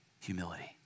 Humility